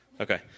Okay